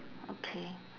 okay